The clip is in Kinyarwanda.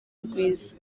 rwiza